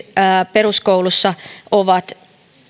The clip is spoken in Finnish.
peruskoulussa ovat